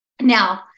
Now